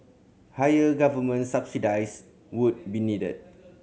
higher government subsidise would be needed